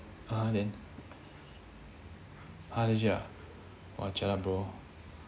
(uh huh) then !huh! legit ah !wah! jialat bro